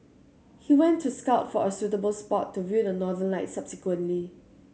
he went to scout for a suitable spot to view the Northern Lights subsequently